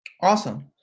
Awesome